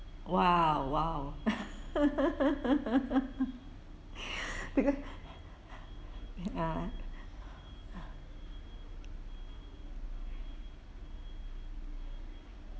!wow! !wow! ah